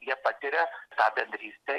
jie patiria tą bendrystę